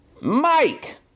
Mike